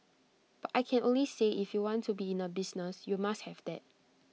but I can only say if you want to be in A business you must have that